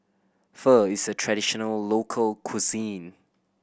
pho is a traditional local cuisine